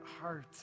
heart